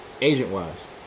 Agent-wise